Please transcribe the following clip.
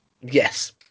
Yes